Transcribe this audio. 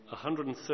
130